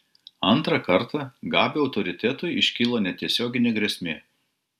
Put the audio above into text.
antrą kartą gabio autoritetui iškilo netiesioginė grėsmė